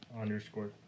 underscore